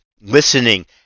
listening